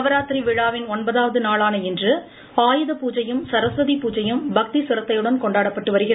நவராத்திரி விழாவின் ஒன்பதாவது நாளான இன்று ஆயூத பூஜையும் சரஸ்வதி பூஜையும் பக்தி சிரத்தையுடன் கொண்டாடப்பட்டு வருகிறது